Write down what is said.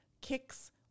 kicks